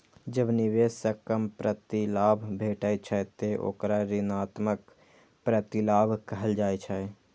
जब निवेश सं कम प्रतिलाभ भेटै छै, ते ओकरा ऋणात्मक प्रतिलाभ कहल जाइ छै